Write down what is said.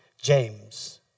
James